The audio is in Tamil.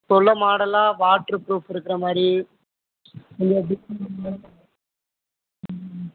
இப்போ உள்ள மாடலா வாட்டர் ப்ரூஃப் இருக்குற மாரி ம்